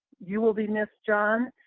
you will be missed, john,